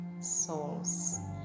souls